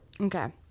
Okay